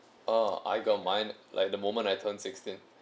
uh I got mine like the moment I turn sixteen